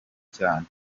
cyane